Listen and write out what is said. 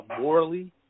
morally